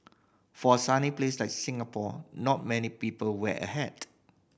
for a sunny place like Singapore not many people wear a hat